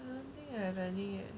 I don't think I have any leh